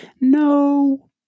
no